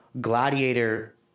gladiator